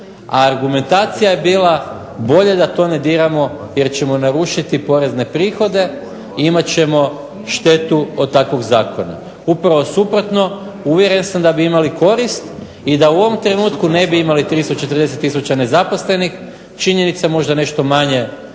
a argumentacija je bila bolje da to ne diramo jer ćemo narušiti porezne prihode. Imat ćemo štetu od takvog zakona. Upravo suprotno, uvjeren sam da bi imali korist i da u ovom trenutku ne bi imali 340000 nezaposlenih. Činjenica možda nešto manje